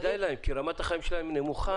כדאי להם כי רמת החיים שלהם נמוכה.